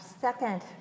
second